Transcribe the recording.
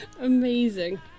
amazing